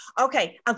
Okay